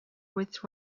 with